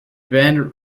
band